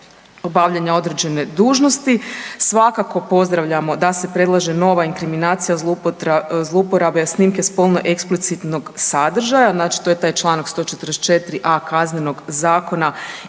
obavljanja određene dužnosti. Svakako pozdravljamo da se predlaže nova inkriminacija zlouporabe snimke spolno eksplicitnog sadržaja. Znači to je taj članak 144a. Kaznenog zakona